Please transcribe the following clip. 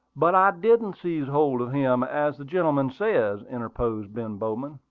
but i didn't seize hold of him, as the gentleman says, interposed ben bowman.